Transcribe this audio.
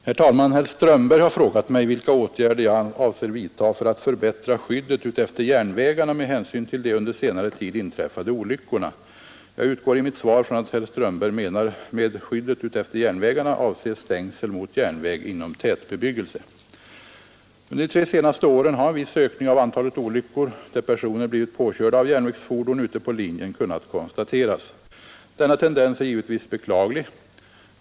Herr talman! Herr Strömberg har frågat mig, vilka åtgärder jag avser vidta för att förbättra skyddet utefter järnvägarna med hänsyn till de under senare tid inträffade olyckorna. Jag utgår i mitt svar från att herr Strömberg med ”skyddet utefter järnvägarna” avser stängsel mot järnväg inom tätbebyggelse. Under de tre senaste åren har en viss ökning av antalet olyckor där personer blivit påkörda av järnvägsfordon ute på linjen kunnat konstateras. Denna tendens är givetvis beklaglig.